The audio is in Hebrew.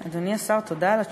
אדוני השר, תודה על התשובה.